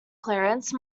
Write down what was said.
clearance